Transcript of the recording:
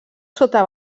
sota